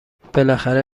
بالاخره